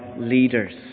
leaders